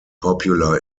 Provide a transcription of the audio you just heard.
popular